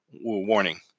Warning